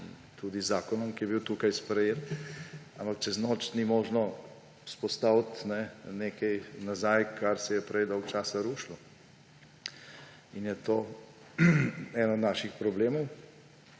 tudi z zakonom, ki je bil tukaj sprejet. Ampak čez noč ni možno vzpostaviti nazaj nekaj, kar se je prej dolgo časa rušilo. In je to eden od naših problemov.